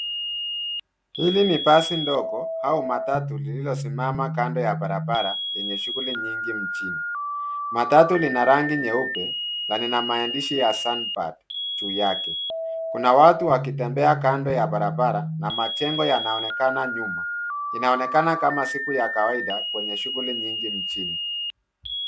Hili ni basi ndogo au matatu lililosimama kando ya barabara yenye shughuli nyingi mjini. Matatu lina rangi nyeupe na lina maandishi ya, sandpal, juu yake. Kuna watu wakitembea kando ya barabara na majengo yanaonekana nyuma. Inaonekana kama siku ya kawaida kwenye shughuli nyingi mjini.